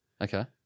Okay